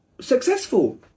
successful